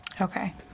Okay